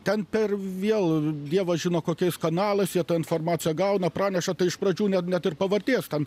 ten per vėl dievas žino kokiais kanalais jie tą informaciją gauna praneša tai iš pradžių net net ir pavardės ten